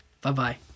Bye-bye